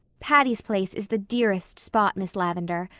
patty's place is the dearest spot, miss lavendar.